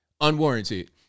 Unwarranted